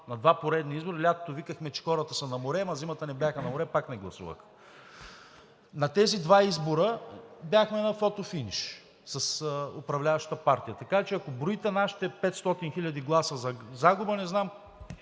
на два поредни избора. Лятото викахме, че хората са на море, ама зимата не бяха на море – пак не гласуваха. На тези два избора бяхме на фотофиниш с управляващата партия. Така че, ако броите нашите 500 хиляди гласа за загуба, не знам